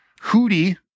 hootie